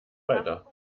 weiter